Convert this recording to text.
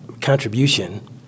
contribution